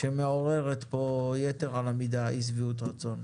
התמרוק שמעוררת פה יתר על המידה אי שביעות רצון.